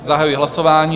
Zahajuji hlasování.